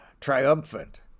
triumphant